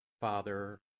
Father